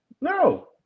No